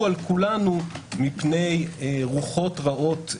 על כולנו מפני רוחות רעות עתידיות.